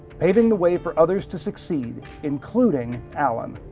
paving the way for others to succeed, including alan.